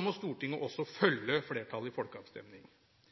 må Stortinget følge flertallet i